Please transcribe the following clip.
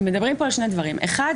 מדברים פה על שני דברים: דבר אחד,